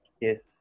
yes